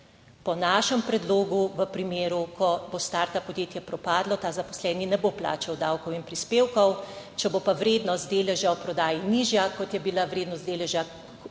Po našem predlogu v primeru, ko bo startup podjetje propadlo, ta zaposleni ne bo plačal davkov in prispevkov, če bo pa vrednost deleža v prodaji nižja, kot je bila vrednost deleža ob